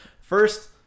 First